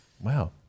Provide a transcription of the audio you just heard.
Wow